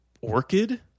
Orchid